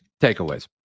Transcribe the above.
takeaways